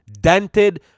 dented